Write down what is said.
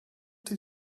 did